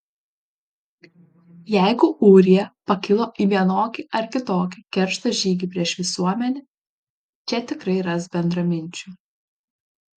jeigu ūrija pakilo į vienokį ar kitokį keršto žygį prieš visuomenę čia tikrai ras bendraminčių